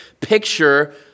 picture